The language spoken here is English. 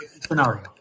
Scenario